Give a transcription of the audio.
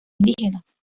indígenas